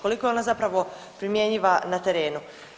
Koliko je ona zapravo primjenjiva na terenu?